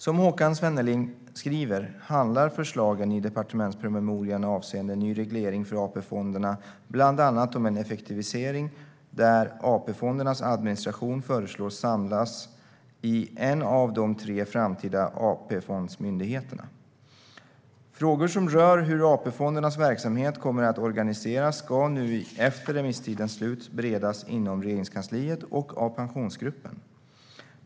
Som Håkan Svenneling skriver handlar förslagen i departementspromemorian avseende ny reglering för AP-fonderna bland annat om en effektivisering, där AP-fondernas administration föreslås samlas i en av de tre framtida AP-fondsmyndigheterna. Frågor som rör hur AP-fondernas verksamhet kommer att organiseras ska nu efter remisstidens slut beredas inom Regeringskansliet och av Pensionsgruppen.